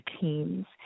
teams